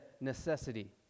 necessity